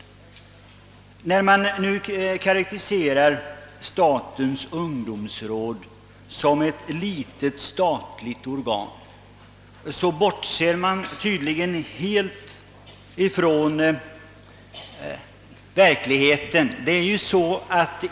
Men när man karakteriserar statens ungdomsråd som ett litet organ, bortser man helt från verkligheten.